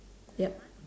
yup